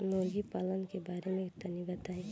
मुर्गी पालन के बारे में तनी बताई?